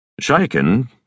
Shaken